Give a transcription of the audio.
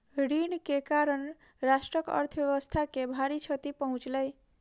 ऋण के कारण राष्ट्रक अर्थव्यवस्था के भारी क्षति पहुँचलै